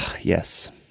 yes